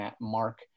Mark